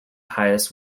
highest